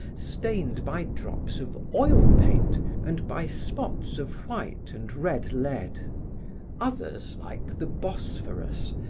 stained by drops of oil paint and by spots of white and red lead others like the bosphorous,